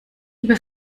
über